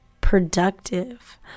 productive